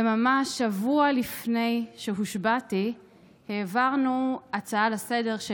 וממש שבוע לפני שהושבעתי העברנו הצעה לסדר-היום,